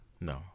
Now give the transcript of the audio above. no